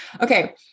Okay